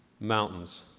Mountains